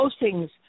postings